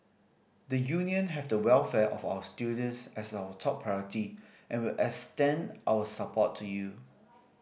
the Union have the welfare of our students as our top priority and will extend our support to you